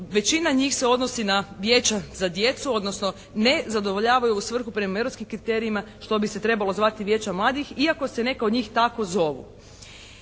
većina njih se odnosi na Vijeće za djecu, odnosno ne zadovoljavaju u svrhu prema europskim kriterijima što bi se trebalo zvati Vijeća mladih. Iako se neka od njih tako zovu.